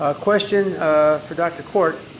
ah question for dr. kort,